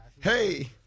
hey